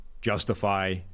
justify